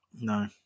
no